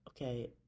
Okay